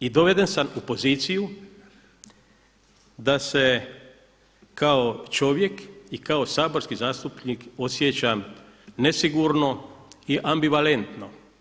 I doveden sam u poziciju da se kao čovjek i kao saborski zastupnik osjećam nesigurno i ambivalentno.